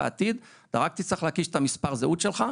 בעתיד אתה רק תצטרך להקיש את מספר הזהות שלך,